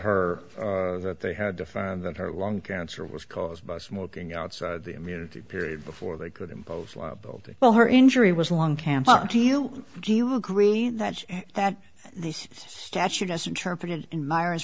her that they had to find that her lung cancer was caused by smoking outside the immunity period before they could impose liability well her injury was long camp do you do you agree that that the statute as interpreted in my